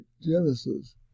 Genesis